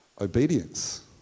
Obedience